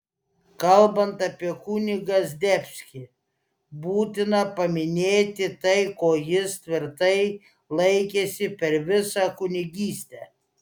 kalbant apie kunigą zdebskį būtina paminėti tai ko jis tvirtai laikėsi per visą kunigystę